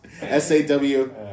S-A-W